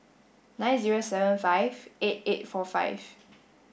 nine zero seven five eight eight four five